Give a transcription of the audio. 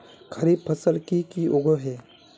खरीफ फसल की की उगैहे?